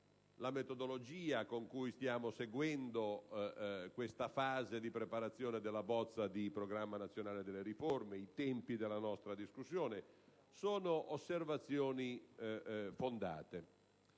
metodologia con la quale stiamo seguendo la fase di preparazione della bozza di Programma nazionale di riforma e sui tempi della nostra discussione. Sono osservazioni fondate;